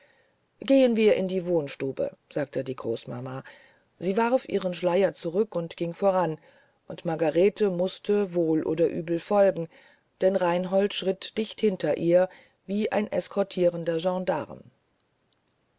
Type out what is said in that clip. gehen wir in die wohnstube sagte die großmama sie warf ihren schleier zurück und ging voran und margarete mußte wohl oder übel folgen denn reinhold schritt dicht hinter ihr wie ein eskortierender gendarm